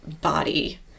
body